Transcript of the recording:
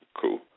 cool